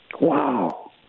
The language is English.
Wow